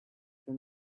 than